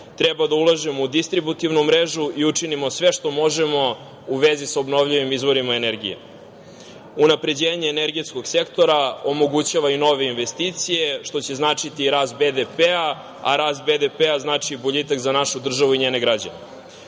Treba da ulažemo u distributivnu mrežu i učinimo sve što možemo u vezi sa obnovljivim izvorima energije. Unapređenje energetskog sektora omogućava i nove investicije, što će značiti rast BDP-a, a rast BDP-a znači boljitak za našu državu i njene